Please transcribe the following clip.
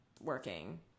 working